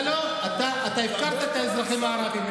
אתה הפקרת את האזרחים הערבים.